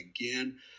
again